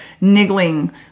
niggling